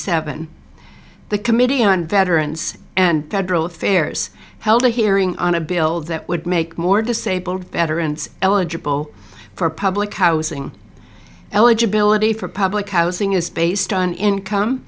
seven the committee on veterans and federal affairs held a hearing on a bill that would make more disabled veterans eligible for public housing eligibility for public housing is based on income